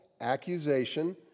accusation